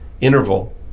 interval